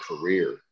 career